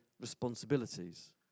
responsibilities